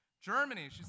Germany